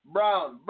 Brown